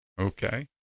Okay